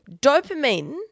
Dopamine